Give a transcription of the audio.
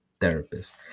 therapist